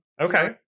Okay